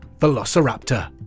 Velociraptor